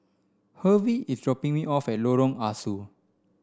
Hervey is dropping me off at Lorong Ah Soo